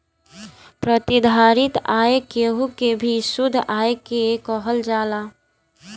प्रतिधारित आय केहू के भी शुद्ध आय के कहल जाला